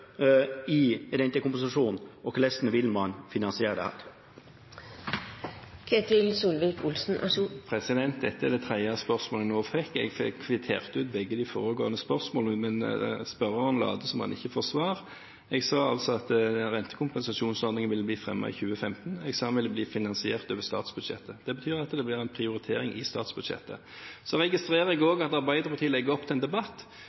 i rentekompensasjon? Og hvorledes vil man finansiere dette? Dette er det tredje spørsmålet jeg nå fikk – jeg fikk kvittert ut begge de foregående spørsmålene, men spørreren later som om han ikke får svar. Jeg sa altså at rentekompensasjonsordningen ville bli fremmet i 2015. Jeg sa at den ville bli finansiert over statsbudsjettet. Det betyr at det blir en prioritering i statsbudsjettet. Så registrerer jeg også at Arbeiderpartiet legger opp til en debatt